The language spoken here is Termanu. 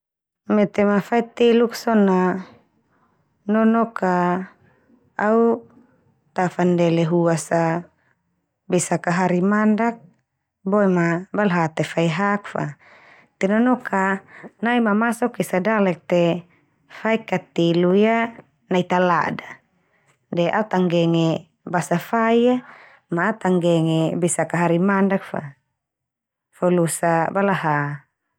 Mete ma fai teluk so na nonok ka au ta fandele huas a besak ka hari mandak, boe ma balha te fai hak fa. Te nonok ka nai mamasok esa dalek te, fai ka telu ia nai talada de, au ta nggenge basa fai a, ma au ta nggenge besak ka hari mandak fa, fo losa balaha.